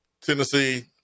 Tennessee